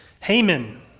Haman